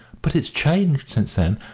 but it's changed since then,